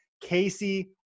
Casey